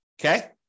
Okay